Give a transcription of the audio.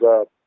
up